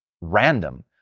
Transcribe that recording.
random